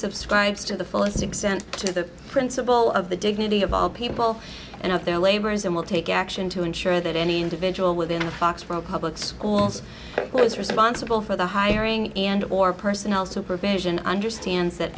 subscribes to the fullest extent to the principle of the dignity of all people and of their labors and will take action to ensure that any individual within a fox from a public schools was responsible for the hiring and or personnel supervision understands that